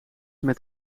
met